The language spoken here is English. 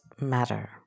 matter